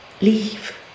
Leave